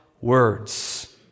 words